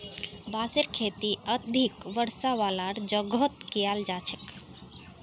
बांसेर खेती अधिक वर्षा वालार जगहत कियाल जा छेक